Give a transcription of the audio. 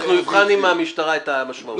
אנחנו נבחן עם המשטרה את המשמעות.